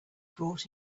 brought